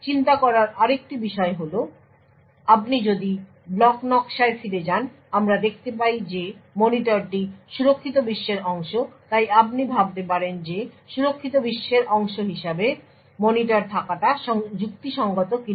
চিন্তা করার আরেকটি বিষয় হল আপনি যদি ব্লক নকশায় ফিরে যান আমরা দেখতে পাই যে মনিটরটি সুরক্ষিত বিশ্বের অংশ তাই আপনি ভাবতে পারেন যে সুরক্ষিত বিশ্বের অংশ হিসাবে মনিটর থাকাটা যুক্তিসঙ্গত কিনা